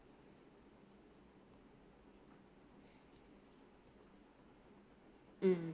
mm